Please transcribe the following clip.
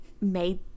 made